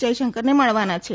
જયશંકરને મળવાના છે